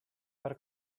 per